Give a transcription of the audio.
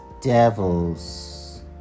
devils